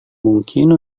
mungkin